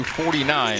49